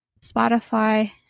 Spotify